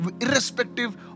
irrespective